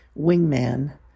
Wingman